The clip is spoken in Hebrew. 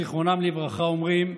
זיכרונם לברכה, אומרים: